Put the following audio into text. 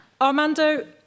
Armando